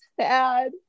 sad